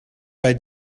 bei